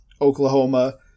Oklahoma